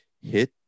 hit